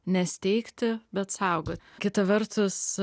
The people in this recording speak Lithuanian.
nesteigti bet saugoti kita vertus